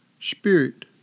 spirit